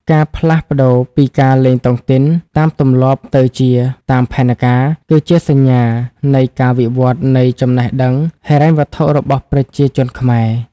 ការផ្លាស់ប្តូរពីការលេងតុងទីន "តាមទម្លាប់" ទៅជា "តាមផែនការ" គឺជាសញ្ញានៃការវិវត្តនៃចំណេះដឹងហិរញ្ញវត្ថុរបស់ប្រជាជនខ្មែរ។